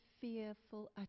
fearful